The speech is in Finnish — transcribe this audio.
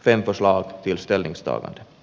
arvoisa puhemies